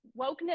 wokeness